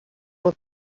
want